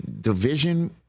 division